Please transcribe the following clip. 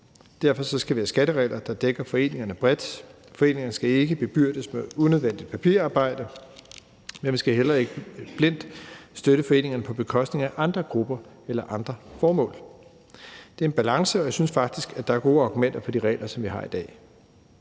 Derfor skal vi have skatteregler, der dækker foreningerne bredt. Foreningerne skal ikke bebyrdes med unødvendigt papirarbejde, men vi skal heller ikke blindt støtte foreningerne på bekostning af andre grupper eller andre formål. Det er en balance, og jeg synes faktisk, at der er gode argumenter for de regler, som vi har i dag.